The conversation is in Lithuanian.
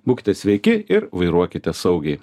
būkite sveiki ir vairuokite saugiai